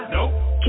Nope